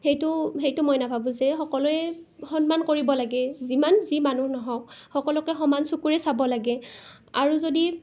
সেইটো সেইটো মই নাভাবোঁ যে সকলোৱে সন্মান কৰিব লাগে যিমান যি মানুহ নহওক সকলোকে সমান চকুৰে চাব লাগে আৰু যদি